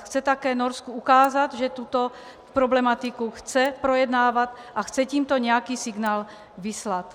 Chce také Norsku ukázat, že tuto problematiku chce projednávat a chce tímto nějaký signál vyslat.